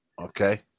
Okay